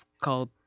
called